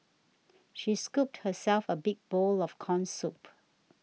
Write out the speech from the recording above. she scooped herself a big bowl of Corn Soup